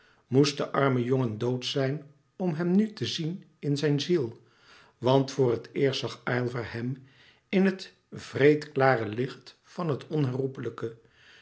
moest de arme jongen dood zijn om hem nu te zien in zijn ziel want voor het eerst zag aylva hem in het wreedklare licht van het onherroepelijke